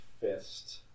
fist